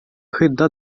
skydda